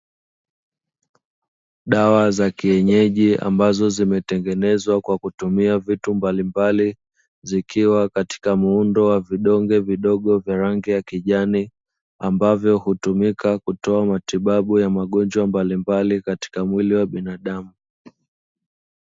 Dawa za kienyeji ambazo zimetengenezwa kwa kutumia vitu mbalimbali, zikiwa katika muundo wa vidonge vidogo vya rangi ya kijani ambavyo hutumika kutoa matibabu ya magonjwa mbalimbali katika mwili wa binadamu.